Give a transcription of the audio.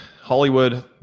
Hollywood